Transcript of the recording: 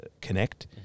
connect